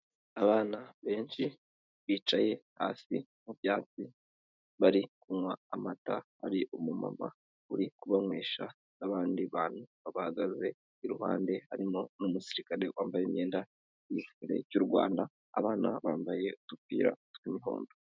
Abana benshi bicaye hasi mu byatsi, bari kunywa amata, hari umumama uri kubanywesha n'abandi bantu babahagaze iruhande harimo n'umusirikare wambaye imyenda y'igisirikare cy'u Rwanda, abana bambaye udupira tw'umuhondo.